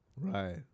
Right